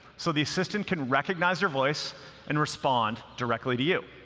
so the assistant can recognize your voice and respond directly to you.